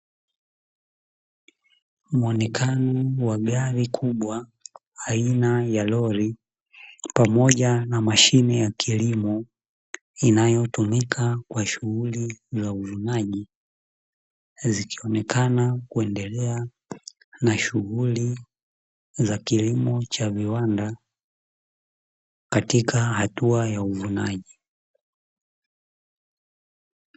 Muonekano wa gari kubwa aina ya lori pamoja na mashine ya kilimo inayotumika kwa shughuli za uvunaji zikionekana kuendelea na shughuli za kilimo cha viwanda katika hatua ya uvunaji.